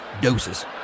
doses